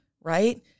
right